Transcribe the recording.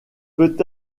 peut